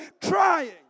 trying